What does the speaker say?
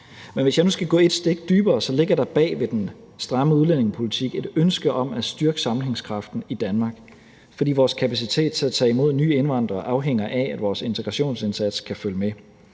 Men hvis jeg nu skal gå et stik dybere, ligger der bag ved den stramme udlændingepolitik et ønske om at styrke sammenhængskraften i Danmark, fordi vores kapacitet til at tage imod nye indvandrere afhænger af, at vores integrationsindsats kan følge med,